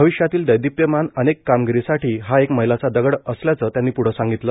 भविष्यातील दैदीप्यमान अनेक कामगिरीसाठी हा एक मैलाचा दगड असल्याचं त्यांनी प्ढं सांगितलं